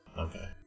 Okay